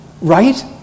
Right